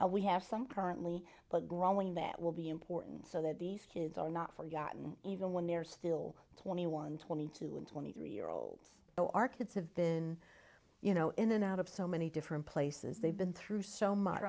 same we have some partly but growing that will be important so that these kids are not forgotten even when they are still twenty one twenty two and twenty three year olds though our kids have been you know in and out of so many different places they've been through so much